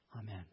Amen